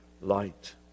light